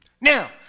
Now